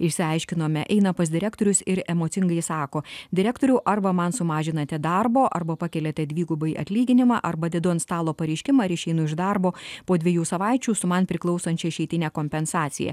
išsiaiškinome eina pas direktorius ir emocingai sako direktoriau arba man sumažinate darbo arba pakeliate dvigubai atlyginimą arba dedu ant stalo pareiškimą ir išeinu iš darbo po dviejų savaičių su man priklausančią išeitine kompensacija